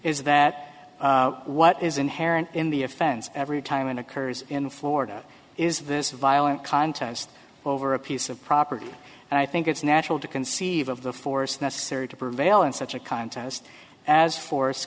is that what is inherent in the offense every time in occurs in florida is this violent contest over a piece of property and i think it's natural to conceive of the force necessary to prevail in such a contest as for